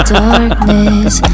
darkness